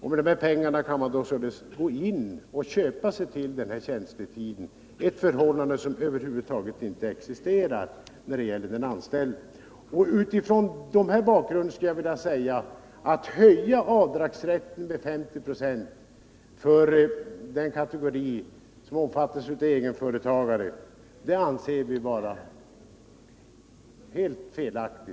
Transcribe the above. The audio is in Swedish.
Med dessa pengar kan man således gå in och köpa sig till tjänstetid —- ett förhållande som över huvud taget inte existerar när det gäller den anställde. Mot den bakgrunden skulle jag vilja säga att höjningen av avdragsrätten med 50 96 för kategorin egenföretagare av oss anses vara helt felaktig.